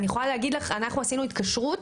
אני יכולה להגיד לך שעשינו התקשרות